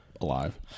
alive